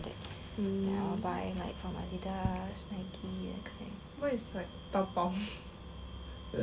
now by like from Adidas Nike that kind